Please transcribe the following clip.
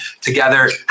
together